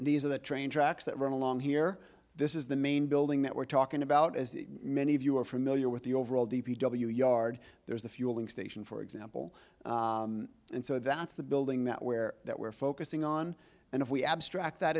these are the train tracks that run along here this is the main building that we're talking about as many of you are familiar with the overall d p w yard there's a fueling station for example and so that's the building that where we're focusing on and if we abstract that